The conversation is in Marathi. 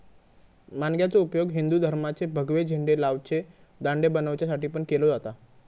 माणग्याचो उपयोग हिंदू धर्माचे भगवे झेंडे लावचे दांडे बनवच्यासाठी पण केलो जाता